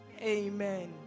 amen